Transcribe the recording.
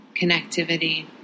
connectivity